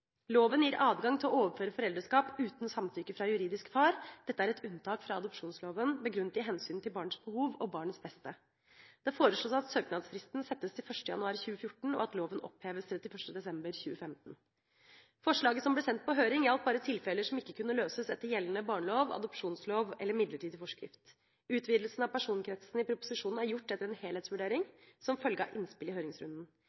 Loven gir adgang til å overføre foreldreskap uten samtykke fra juridisk far – dette er et unntak fra adopsjonsloven, begrunnet i hensynet til barnets behov og barnets beste. Det foreslås at søknadsfristen settes til 1. januar 2014, og at loven oppheves 31. desember 2015. Forslaget som ble sendt på høring, gjaldt bare tilfeller som ikke kunne løses etter gjeldende barnelov, adopsjonslov eller midlertidig forskrift. Utvidelsen av personkretsen i proposisjonen er gjort etter en